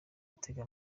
atega